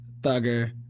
Thugger